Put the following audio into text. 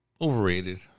Overrated